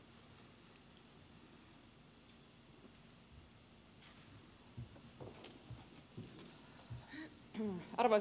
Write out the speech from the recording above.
arvoisa puhemies